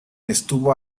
estuvo